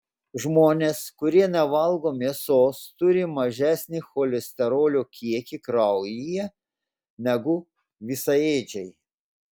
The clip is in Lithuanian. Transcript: žmonės kurie nevalgo mėsos turi mažesnį cholesterolio kiekį kraujyje negu visaėdžiai